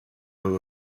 will